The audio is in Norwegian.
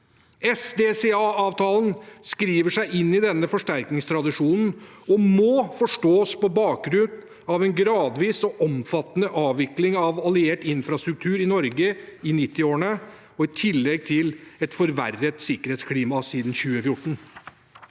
SDCA-avtalen skriver seg inn i denne forsterkningstradisjonen og må forstås på bakgrunn av en gradvis og omfattende avvikling av alliert infrastruktur i Norge i 1990-årene, i tillegg til et forverret sikkerhetsklima siden 2014.